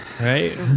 right